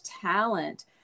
talent